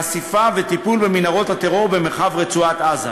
חשיפה וטיפול במנהרות הטרור במרחב רצועת-עזה.